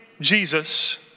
Jesus